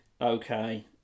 Okay